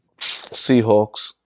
Seahawks